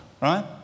Right